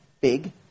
big